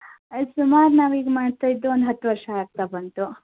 ಸುಮಾರು ನಾವೀಗ ಮಾಡ್ತಾಯಿದ್ದು ಒಂದು ಹತ್ತು ವರ್ಷ ಆಗ್ತಾ ಬಂತು